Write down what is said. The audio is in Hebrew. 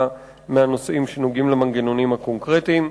מהנושאים שנוגעים למנגנונים הקונקרטיים.